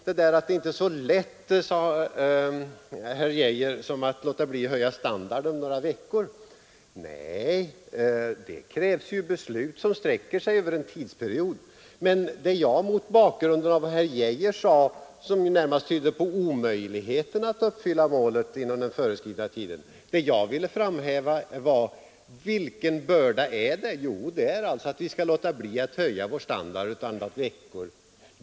Det är inte så lätt, sade herr Arne Geijer, att låta bli att höja standarden under några veckor. När herr Geijer antydde att det var en omöjlighet att uppfylla enprocentsmålet inom den föreskrivna tiden, framhöll jag att den enda börda det skulle innebära för oss att uppnå detta mål var att låta bli att höja vår standard under några veckor.